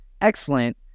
excellent